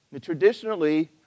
Traditionally